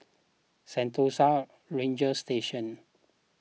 Sentosa Ranger Station